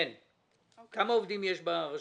כמה עובדים יש ברשות?